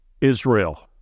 Israel